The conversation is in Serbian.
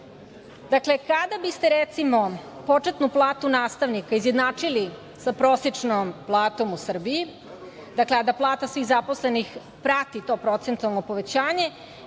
kradete. Kada biste recimo početnu platu nastavnika izjednačili sa prosečnom platom u Srbiji, a da plata svih zaposlenih prati to procentualno povećanje,